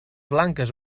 blanques